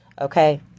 Okay